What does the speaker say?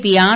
P R